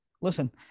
listen